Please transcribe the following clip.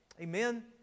Amen